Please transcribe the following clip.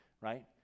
right